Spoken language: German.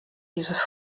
dieses